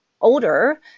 older